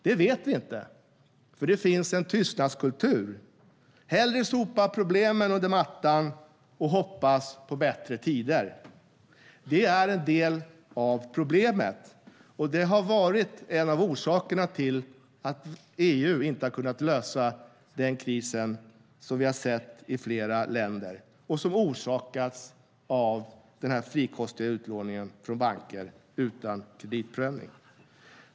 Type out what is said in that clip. Det vet vi inte, eftersom det finns en tystnadskultur. Man sopar hellre problemen under mattan och hoppas på bättre tider. Det är en del av problemet. Det är en av orsakerna till att EU i flera länder inte har kunnat lösa krisen som orsakats av den frikostiga utlåningen från banker utan kreditprövning.